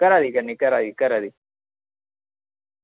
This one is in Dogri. घरा दी करनी घरा दी